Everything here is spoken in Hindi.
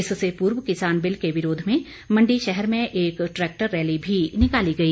इससे पूर्व किसान बिल के विरोध में मंडी शहर में एक ट्रैक्टर रैली भी निकाली गई